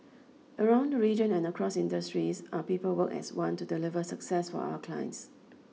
around the region and across industries our people work as one to deliver success for our clients